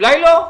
אולי לא.